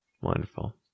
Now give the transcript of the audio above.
Wonderful